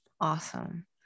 Awesome